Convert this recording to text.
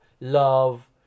love